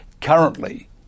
Currently